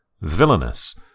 Villainous